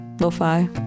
lo-fi